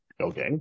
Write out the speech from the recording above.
okay